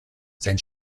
sein